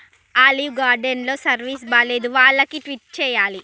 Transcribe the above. olive గార్డెన్లో service బాగాలేదు వాళ్ళకి ట్వీట్ చెయ్యాలి